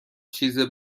چیز